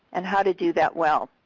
and how to do that well.